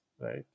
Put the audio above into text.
right